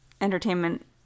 entertainment